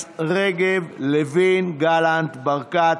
ישראל כץ,